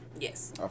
Yes